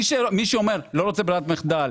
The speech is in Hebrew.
מי שלא רוצה את ברירת המחדל,